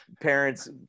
parents